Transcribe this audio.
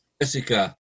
Jessica